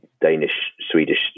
Danish-Swedish